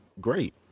great